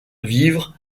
vivre